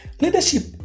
Leadership